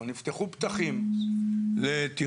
או נפתחו פתחים לתכנון,